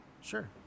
Sure